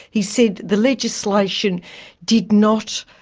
he said the legislation did not